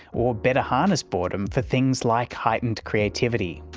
or better harness boredom for things like heightened creativity?